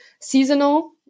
seasonal